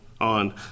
on